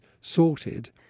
sorted